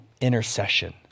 intercession